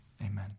Amen